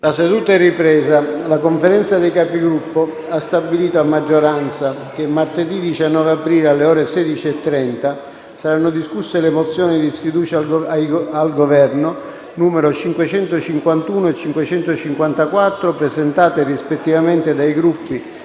una nuova finestra"). La Conferenza dei Capigruppo ha stabilito a maggioranza che martedì 19 aprile, alle ore 16,30, saranno discusse le mozioni di sfiducia al Governo nn. 551 e 554, presentate rispettivamente dai Gruppi